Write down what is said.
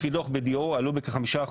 לפי דוח BDO עלו בכ-5%.